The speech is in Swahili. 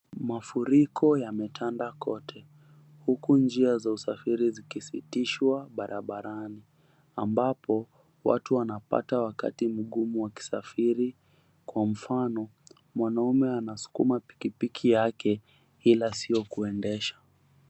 Mafuriko yametanda kote, huku njia za usafiri zikisitishwa barabarani, ambapo watu wanapata wakati mgumu wakisafiri kwa mfano mwanaume anasukuma pikipiki yake ila sio kuendesha.